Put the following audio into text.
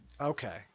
Okay